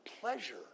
pleasure